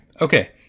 okay